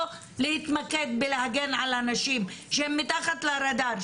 להתמקד בלהגן על הנשים שהן מתחת לרדאר,